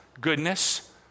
goodness